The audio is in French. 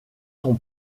son